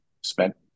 spent